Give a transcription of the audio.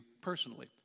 personally